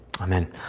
Amen